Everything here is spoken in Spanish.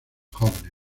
jóvenes